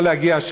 לא להגיע,